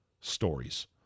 stories